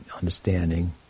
Understanding